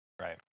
Right